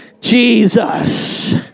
Jesus